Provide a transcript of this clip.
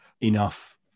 enough